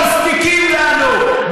אנחנו מוותרים על החגיגות האלה.